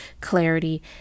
clarity